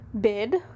bid